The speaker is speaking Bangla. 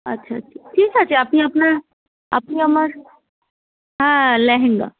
আচ্ছা আচ্ছা ঠিক আছে আপনি আপনার আপনি আমার হ্যাঁ লেহেঙ্গা